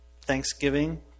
thanksgiving